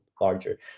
larger